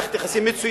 מערכת יחסים מצוינת,